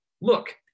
look